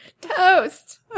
Toast